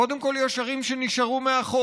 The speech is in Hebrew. קודם כול, יש ערים שנשארו מאחור.